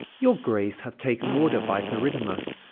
your grace hath taken order by theridamas,